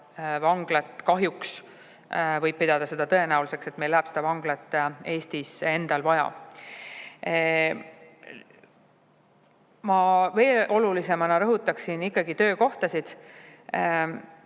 ja kahjuks võib pidada tõenäoliseks, et meil läheb seda vanglat endal vaja. Ma veel olulisemana rõhutaksin ikkagi töökohtasid.